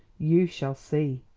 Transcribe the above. you shall see!